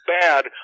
bad